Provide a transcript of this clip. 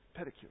pedicure